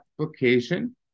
application